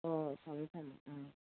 ꯍꯣꯏ ꯍꯣꯏ ꯊꯝꯃꯣ ꯊꯝꯃꯣ ꯎꯝ